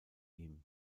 ihm